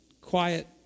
quiet